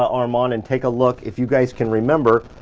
armand, and take a look. if you guys can remember,